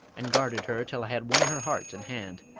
and guarded her till i had won her heart and hand,